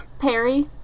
Perry